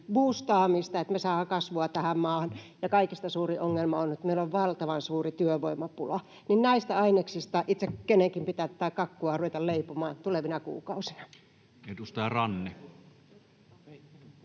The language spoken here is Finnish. että me saamme kasvua tähän maahan. Ja kaikista suurin ongelma on, että meillä on valtavan suuri työvoimapula. Näistä aineksista itse kunkin pitää tätä kakkua ruveta leipomaan tulevina kuukausina. [Speech 298]